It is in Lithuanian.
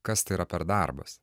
kas tai yra per darbas